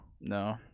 No